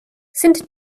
sind